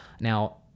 Now